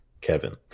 Kevin